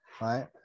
right